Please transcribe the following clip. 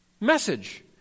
message